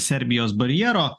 serbijos barjero